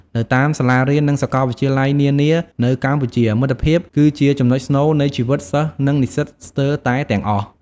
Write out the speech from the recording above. នៅតាមសាលារៀននិងសាកលវិទ្យាល័យនានានៅកម្ពុជា មិត្តភាពគឺជាចំណុចស្នូលនៃជីវិតសិស្សនិងនិស្សិតស្ទើរតែទាំងអស់។